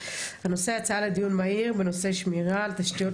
הנושא הצעה לדיון מהיר בנושא שמירה על תשתיות